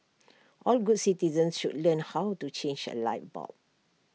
all good citizens should learn how to change A light bulb